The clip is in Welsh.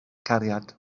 cariad